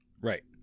Right